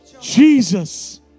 Jesus